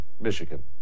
Michigan